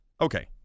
Okay